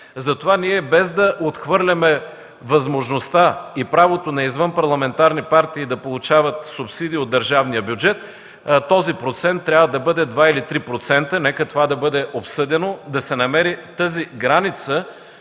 Затова ние, без да отхвърляме възможността и правото на извънпарламентарни партии да получават субсидии от държавния бюджет, този процент трябва да бъде 2 или 3%. Нека това да бъде обсъдено, да се намери границата,